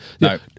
no